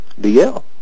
DL